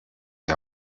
die